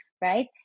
right